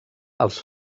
els